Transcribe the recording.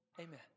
Amen